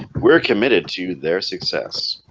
we're committed to their success